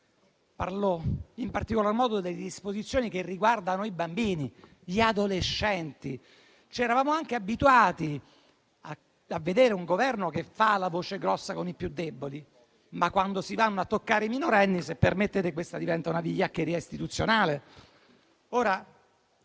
in particolar modo alle disposizioni che riguardano i bambini, gli adolescenti. Eravamo anche abituati a vedere un Governo che fa la voce grossa con i più deboli, ma quando si vanno a toccare i minorenni, se permettete, questa diventa una vigliaccheria istituzionale.